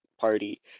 party